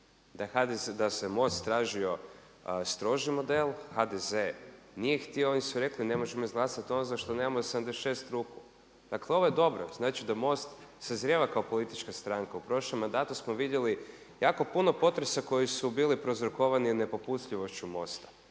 da se MOST tražio stroži model, HDZ nije htio i oni su rekli ne možemo izglasati ono za što nemamo 76 ruku. Dakle ovo je dobro, znači da MOST sazrijeva kao politička stranka. U prošlom mandatu smo vidjeli jako puno potresa koji su bili prouzrokovani nepopustljivošću MOST-a.